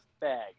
bag